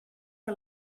que